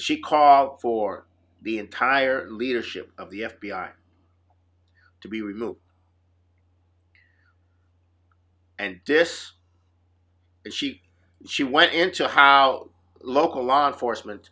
she call for the entire leadership of the f b i to be removed and this is she she went into how local law enforcement